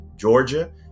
Georgia